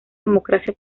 democracia